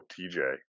TJ